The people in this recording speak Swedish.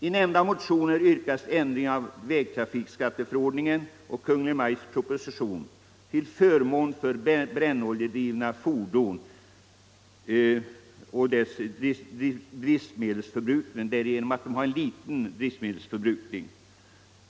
I de nämnda motionerna yrkas ändring av vägtrafikskatteförordningen och Kungl. Maj:ts proposition till förmån för brännoljedrivna fordon med liten drivmedelsförbrukning.